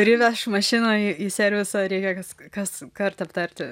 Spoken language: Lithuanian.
kuri veš mašiną į į servisą reikia kas kaskart aptarti